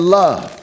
love